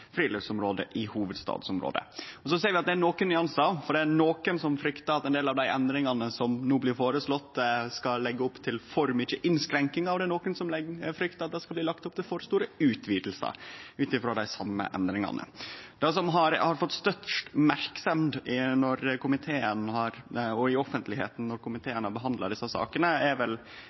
i hovudstadsområdet. Så ser vi at det er nokre nyansar, for det er nokre som fryktar at ein del av dei endringane som no blir føreslått, skal leggje opp til for mykje innskrenking, og det er nokre som fryktar at det skal bli lagt opp til for store utvidingar, ut frå dei same endringane. Det som har fått størst merksemd, òg i offentlegheita, når komiteen har behandla desse sakene, er vel